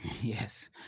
Yes